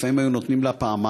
לפעמים היו נותנים לה פעמיים,